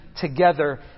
together